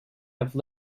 have